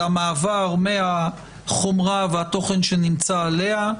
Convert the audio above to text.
למעבר מהחומרה והתוכן שנמצא עליה,